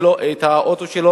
הוא יוצא עם האוטו.